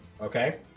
okay